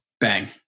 Bang